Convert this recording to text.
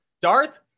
Darth